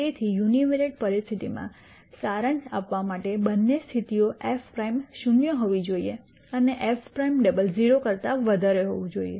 તેથી યુનિવેરિએંટ પરિસ્થિતિમાં સારાંશ આપવા માટે બંને સ્થિતિઓ એફ પ્રાઈમ શૂન્ય હોવી જોઈએ અને એફ પ્રાઈમ ડબલ 0 કરતા વધારે હોવું જોઈએ